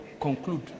Conclude